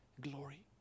glory